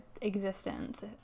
existence